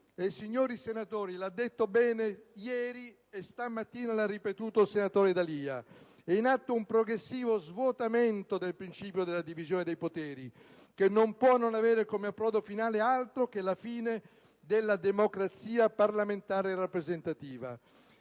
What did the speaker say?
Signori senatori, come ha detto bene ieri il senatore D'Alia, e lo ha ripetuto anche questa mattina, è in atto un progressivo svuotamento del principio della divisione dei poteri, che non può non avere come approdo finale altro che la fine della democrazia parlamentare rappresentativa.